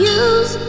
use